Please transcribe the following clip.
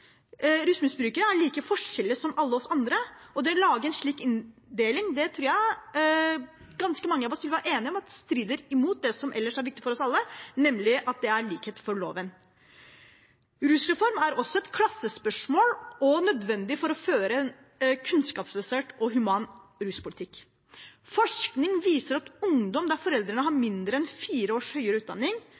like forskjellige som alle oss andre, og det å lage en slik inndeling tror jeg ganske mange av oss vil være enige om strider imot det som ellers er viktig for oss alle, nemlig likhet for loven. En rusreform er også et klassespørsmål og nødvendig for å føre en kunnskapsbasert og human ruspolitikk. Forskning viser at ungdom der foreldrene har mindre enn fire års høyere utdanning,